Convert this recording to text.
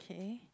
okay